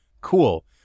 Cool